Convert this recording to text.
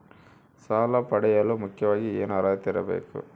ಸಾಲ ಪಡೆಯಲು ಮುಖ್ಯವಾಗಿ ಏನು ಅರ್ಹತೆ ಇರಬೇಕು?